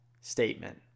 statement